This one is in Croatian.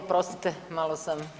Oprostite, malo sam